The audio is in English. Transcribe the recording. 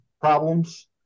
problems